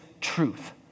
Truth